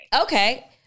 okay